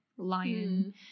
lion